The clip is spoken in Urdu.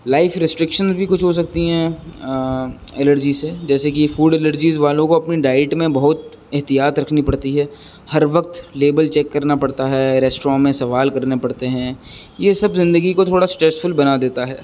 لائف ریسٹرکشنس بھی کچھ ہو سکتی ہیں الرجی سے جیسے کہ فوڈ الرجیز والوں کو اپنی ڈائٹ میں بہت احتیاط رکھنی پڑتی ہے ہر وقت لیبل چیک کرنا پڑتا ہے ریسٹرا میں سوال کرنے پڑتے ہیں یہ سب زندگی کو تھوڑا اسٹریسفل بنا دیتا ہے